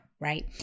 right